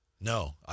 No